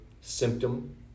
symptom